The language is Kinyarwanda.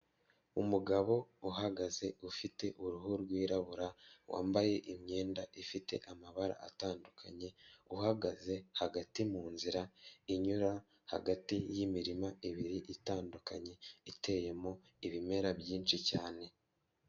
Umugabo uhagaze ufite uruhu rwirabura, wambaye imyenda ifite amabara atandukanye, uhagaze hagati munzira, inyura hagati yimirima ibiri itandukanye, iteyemo ibimera byinshi cyane.